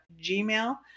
Gmail